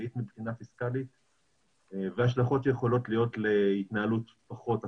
אחראית מבחינה פיסקלית וההשלכות שיכולות להיות להתנהלות פחות אחראית.